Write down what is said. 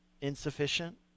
insufficient